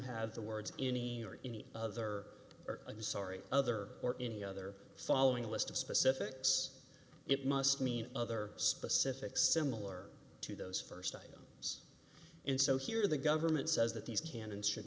have the words any or any other of the sorry other or any other following a list of specifics it must mean other specific similar to those first items and so here the government says that these can and should